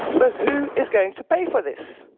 but who is going to pay for this?